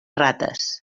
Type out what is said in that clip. rates